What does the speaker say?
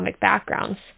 backgrounds